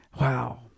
Wow